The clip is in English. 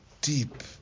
deep